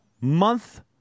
month